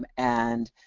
um and